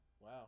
Wow